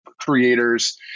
creators